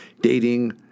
dating